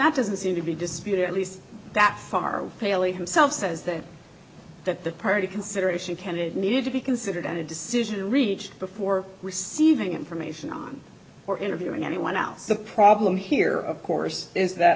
that doesn't seem to be disputed at least that far haley himself says that that the party consideration candidate need to be considered on a decision reached before receiving information on or interviewing anyone else the problem here of course is that